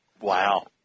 Wow